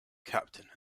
captain